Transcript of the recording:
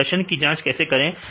तो प्रदर्शन की जांच कैसे करें